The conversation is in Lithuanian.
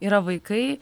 yra vaikai